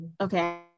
okay